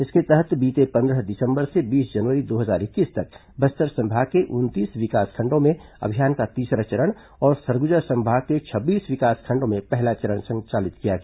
इसके तहत बीते पंद्रह दिसंबर से बीस जनवरी दो हजार इक्कीस तक बस्तर संभाग के उनतीस विकासखंडों में अभियान का तीसरा चरण और सरगुजा संभाग के छब्बीस विकासखंडों में पहला चरण संचालित किया गया